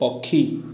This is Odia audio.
ପକ୍ଷୀ